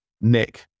Nick